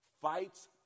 Fights